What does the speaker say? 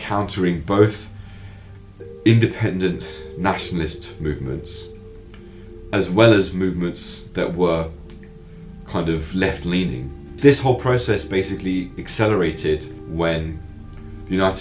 countering both independent nationalist movements as well as movements that were kind of left leaning this whole process basically accelerated when the united